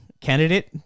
candidate